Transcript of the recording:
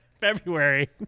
February